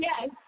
yes